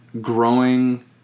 growing